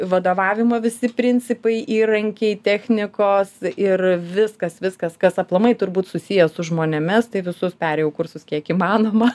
vadovavimo visi principai įrankiai technikos ir viskas viskas kas aplamai turbūt susiję su žmonėmis tai visus perėjau kursus kiek įmanoma